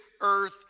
earth